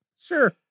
Sure